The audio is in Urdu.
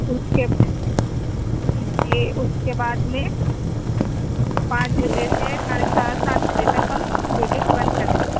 اس کے جی اس کے بعد میں پانج بجے سے ساڑھے سات سات بجے تک ہم بوٹیک بند کر دیتے ہیں